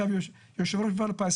עכשיו יושב ראש מפעל הפיס.